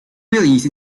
release